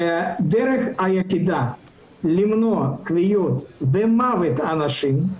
הדרך היחידה למנוע כוויות ומוות של אנשים היא